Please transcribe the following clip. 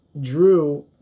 drew